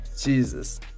Jesus